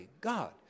God